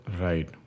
Right